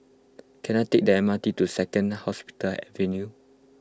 can I take the M R T to Second Hospital Avenue